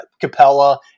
Capella